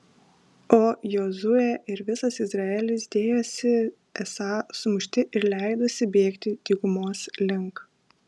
o jozuė ir visas izraelis dėjosi esą sumušti ir leidosi bėgti dykumos link